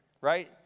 right